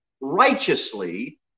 righteously